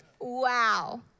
wow